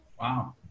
Wow